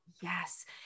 Yes